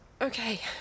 Okay